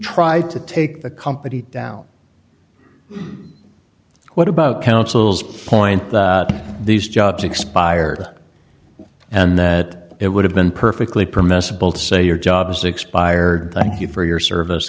tried to take the company down what about counsel's point that these jobs expired and that it would have been perfectly permissible to say your job is expired thank you for your service